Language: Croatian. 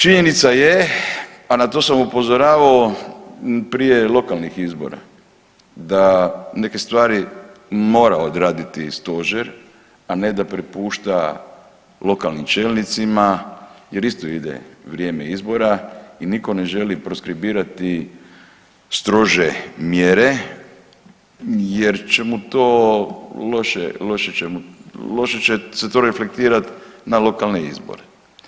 Činjenica je, a na to sam upozoravao prije lokalnih izbora da neke stvari mora odraditi stožer, a ne da prepušta lokalnim čelnicima jer isto ide vrijeme izbora i niko ne želi proskribirati strože mjere jer ćemo to loše, loše ćemo, loše će se to reflektirat na lokalne izbore.